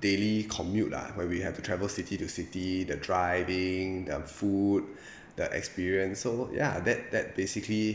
daily commute lah where we have to travel city to city the driving the food the experience so ya that that basically